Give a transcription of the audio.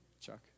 Chuck